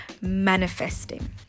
manifesting